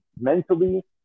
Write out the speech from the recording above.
mentally